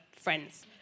friends